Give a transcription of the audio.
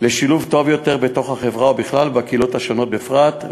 לשם שילוב טוב יותר בתוך החברה בכלל ובקהילות השונות בפרט.